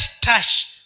touch